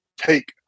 take